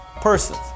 persons